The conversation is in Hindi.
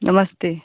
नमस्ते